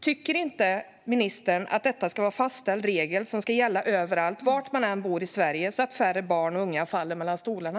Tycker inte ministern att detta ska vara en fastställd regel som gäller överallt, var man än bor i Sverige, så att färre barn och unga faller mellan stolarna?